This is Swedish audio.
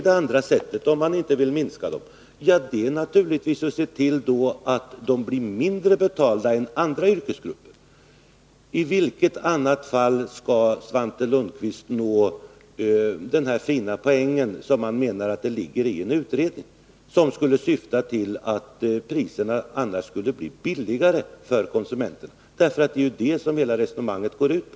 Det andra sättet — om man alltså inte vill minska Anslag inom jordantalet jordbrukare — är naturligtvis att se till att jordbrukarna blir mindre bruksdepartemenbetalda än andra yrkesgrupper. I vilket annat fall skall Svante Lundkvist nå — ts verksamhetsden där fina poängen, som hän menar ligger i en utredning, som skulle syfta — område till lägre priser för konsumenterna? Det är ju det som hela resonemanget går ut på.